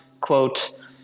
quote